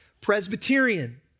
Presbyterian